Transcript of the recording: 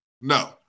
No